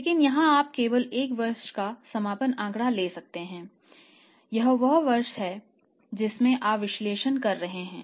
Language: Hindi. लेकिन यहां आप केवल एक वर्ष का समापन आंकड़ा ले सकते हैं यह वह वर्ष है जिसमें आप विश्लेषण कर रहे हैं